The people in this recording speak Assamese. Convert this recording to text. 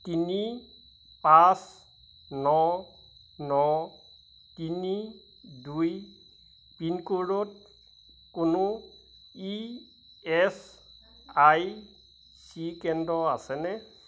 তিনি পাঁচ ন ন তিনি দুই পিনক'ডত কোনো ই এছ আই চি কেন্দ্র আছেনে